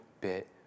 bit